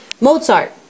Mozart